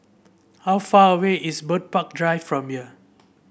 how far away is Bird Park Drive from here